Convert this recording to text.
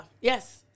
yes